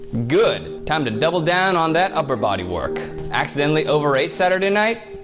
good! time to double down on that upper body work. accidentally overate saturday night,